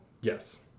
Yes